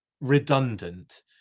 redundant